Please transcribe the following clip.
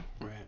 Right